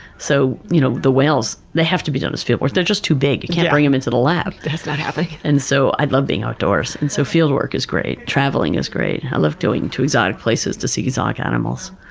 so you know the whales, they have to be done as field work. they're just too big. you can't bring em into the lab. that's not happening. and so i love being outdoors, and so fieldwork is great. travelling is great. i love going to exotic places to see exotic animals.